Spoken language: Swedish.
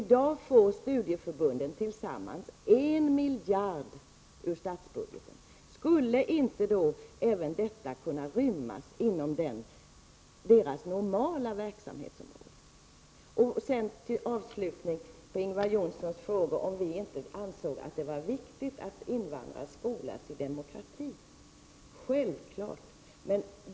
I dag får studieförbunden tillsammans en miljard ur statsbudgeten. Skulle då inte även dessa kurser kunna rymmas inom studieförbundens normala verksamhetsområde? Ingvar Johnsson frågade också om vi inte ansåg att det var viktigt att invandrare skolas i demokrati. Självfallet anser vi det.